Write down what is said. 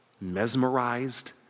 mesmerized